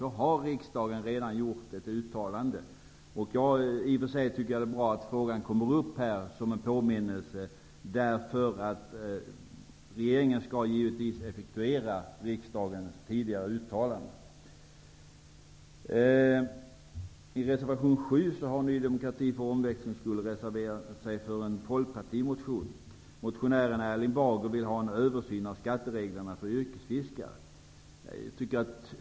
Riksdagen har redan gjort ett uttalande om detta. I och för sig är det bra att frågan kommer upp som en påminnelse, eftersom regeringen skall effektuera riksdagens tidigare uttalande. I reservation 7 har Ny demokrati för omväxling skull reserverat sig för en folkpartimotion. Motionären, Erling Bager, vill ha en översyn av skattereglerna för yrkesfiskare.